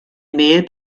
mail